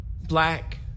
black